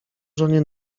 żonie